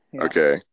Okay